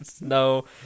no